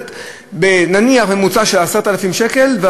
נניח ממוצע של 10,000 שקלים,